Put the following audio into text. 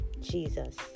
jesus